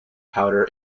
powder